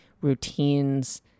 routines